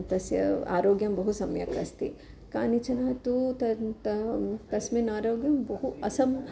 तस्य आरोग्यं बहु सम्यक् अस्ति कानिचन तु तस्मिन् आरोग्यं बहु असम्